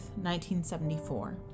1974